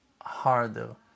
harder